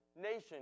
nation